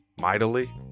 mightily